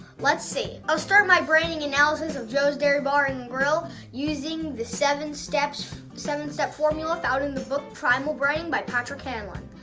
let's see, i'll start my branding analysis of joe's dairy bar and grill using the seven-step seven-step formula found in the book primal branding, by patrick hanlon.